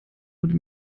würde